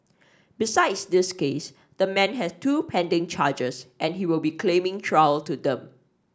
besides this case the man has two pending charges and he will be claiming trial to them